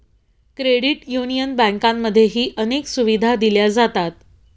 credit union बँकांमध्येही अनेक सुविधा दिल्या जातात